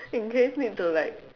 in case need to like